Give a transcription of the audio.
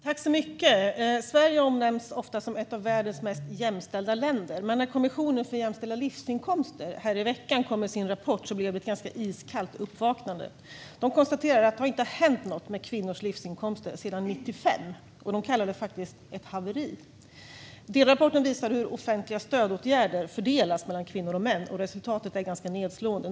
Fru talman! Sverige omnämns ofta som ett av världens mest jämställda länder, men när Kommissionen för jämställda livsinkomster nu i veckan kom med sin rapport blev det ett ganska iskallt uppvaknande. De konstaterar att det inte har hänt något med kvinnors livsinkomster sedan 1995. De kallar det ett haveri. Delrapporten visar hur offentliga stödåtgärder fördelas mellan kvinnor och män, och resultatet är ganska nedslående.